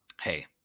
hey